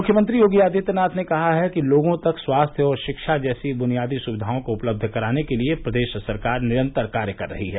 मुख्यमंत्री योगी आदित्यनाथ ने कहा है कि लोगों तक स्वास्थ्य और शिक्षा जैसी बुनियादी सुविधाओं को उपलब्ध कराने के लिये प्रदेश सरकार निरन्तर कार्य कर रही है